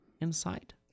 inside